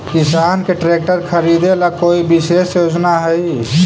किसान के ट्रैक्टर खरीदे ला कोई विशेष योजना हई?